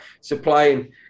supplying